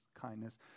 kindness